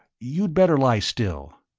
you'd better lie still.